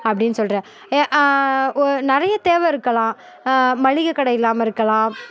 அப்படின் சொல்கிறேன் ஏ ஓ நிறைய தேவை இருக்கலாம் மளிகை கடை இல்லாம இருக்கலாம்